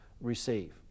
receive